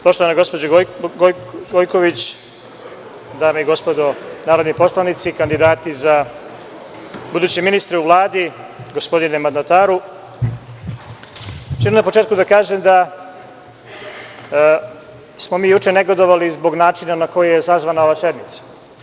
Poštovana gospođo Gojković, dame i gospodo narodni poslanici, kandidati za buduće ministre u Vladi, gospodine mandataru, na početku ću da kažem da smo mi juče negodovali zbog načina na koji je sazvana ova sednica.